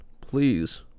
please